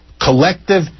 collective